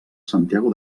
santiago